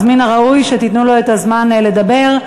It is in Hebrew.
אז מן הראוי שתיתנו לו את הזמן לדבר.